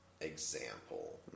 example